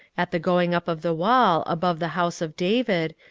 at the going up of the wall, above the house of david,